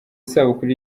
isabukuru